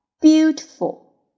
Beautiful